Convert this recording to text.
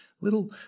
little